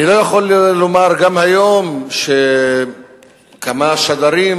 אני לא יכול לומר גם היום שכמה שדרים